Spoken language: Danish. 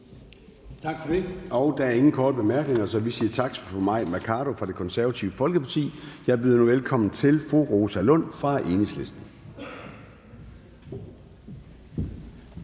Gade): Der er ingen korte bemærkninger, så vi siger tak til fru Mai Mercado fra Det Konservative Folkeparti. Jeg byder nu velkommen til fru Rosa Lund fra Enhedslisten.